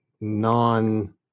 non